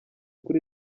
kuri